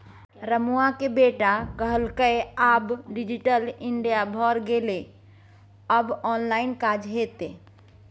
रमुआक बेटा कहलकै आब डिजिटल इंडिया भए गेलै आब ऑनलाइन काज हेतै